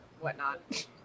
whatnot